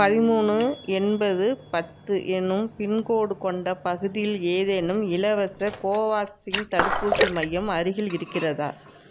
பதிமூணு எண்பது பத்து எனும் பின்கோடு கொண்ட பகுதியில் ஏதேனும் இலவச கோவேக்சின் தடுப்பூசி மையம் அருகில் இருக்கிறதா